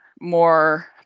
more